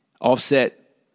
Offset